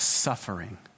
Suffering